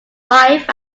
wife